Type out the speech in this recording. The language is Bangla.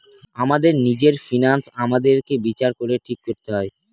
আমাদের নিজের ফিন্যান্স আমাদেরকে বিচার করে ঠিক করতে হয়